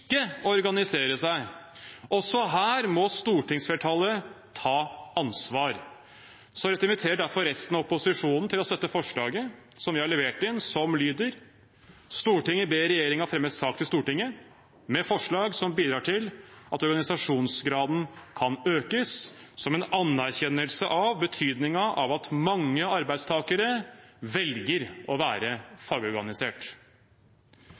organisere seg. Også her må stortingsflertallet ta ansvar. Jeg inviterer derfor resten av opposisjonen til å støtte forslaget vi har levert inn, som lyder: «Stortinget ber regjeringen fremme sak til Stortinget med forslag som bidrar til at organisasjonsgraden kan økes, som en anerkjennelse av betydningen av at mange arbeidstakere velger å være fagorganisert.» Også NHO ønsker et mer organisert